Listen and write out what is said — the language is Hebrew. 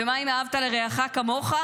ומה עם ואהבת לרעך כמוך?